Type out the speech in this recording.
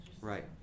Right